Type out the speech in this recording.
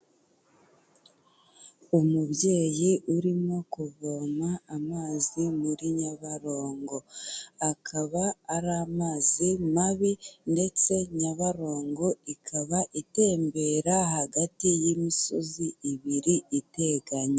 Umubyeyi urimo kuvoma amazi muri Nyabarongo. Akaba ari amazi mabi ndetse Nyabarongo ikaba itembera hagati y'imisozi ibiri iteganye.